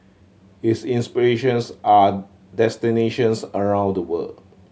his inspirations are destinations around the world